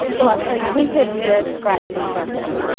well, i tell you we have just scratched the surface.